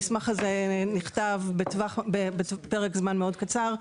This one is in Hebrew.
המסמך הזה נכתב בפרק זמן מאוד קצר,